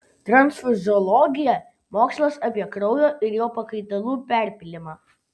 transfuziologija mokslas apie kraujo ir jo pakaitalų perpylimą